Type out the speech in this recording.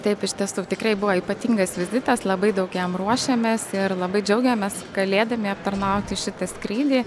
taip iš tiesų tikrai buvo ypatingas vizitas labai daug jam ruošėmės ir labai džiaugėmės galėdami aptarnauti šitą skrydį